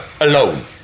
alone